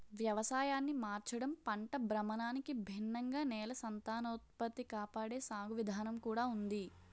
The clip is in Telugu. వ్యవసాయాన్ని మార్చడం, పంట భ్రమణానికి భిన్నంగా నేల సంతానోత్పత్తి కాపాడే సాగు విధానం కూడా ఉంది